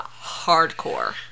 hardcore